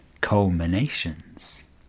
Culminations